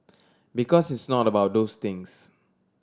because it's not about those things